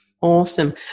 Awesome